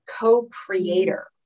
co-creator